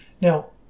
Now